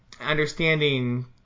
Understanding